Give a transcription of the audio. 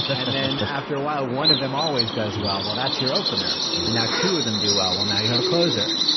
and then, after a while, one of them always does well well, that's your opener. and now two of them do well well, you have a closer.